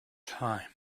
time